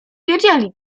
wiedzieli